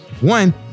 one